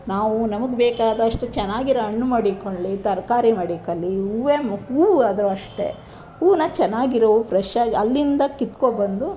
ನಾವು ನಮಗೆ ಬೇಕಾದಷ್ಟು ಚೆನ್ನಾಗಿರೋ ಹಣ್ಣು ಮಡಿಕೊಳ್ಳಿ ತರಕಾರಿ ಮಡಿಕೊಳ್ಳಿ ಹೂವೇ ಹೂವು ಆದರು ಅಷ್ಟೇ ಹೂವನ್ನ ಚೆನ್ನಾಗಿರೋ ಹೂವು ಫ್ರೆಶ್ ಆಗಿ ಅಲ್ಲಿಂದ ಕಿತ್ಕೊಂಡ್ಬಂದು